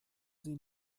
sie